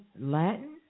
Latin